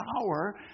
power